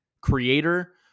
creator